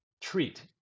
treat